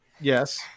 Yes